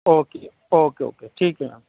okay okay okay ٹھیک ہے میم